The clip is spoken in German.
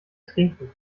trinken